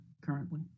currently